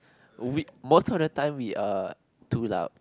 we most of the time we are too loud